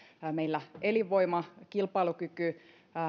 meillä elinvoima kilpailukyky